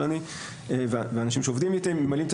אבל אני והאנשים שעובדים איתי ממלאים את